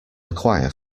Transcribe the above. acquire